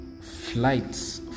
flights